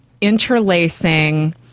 interlacing